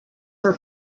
for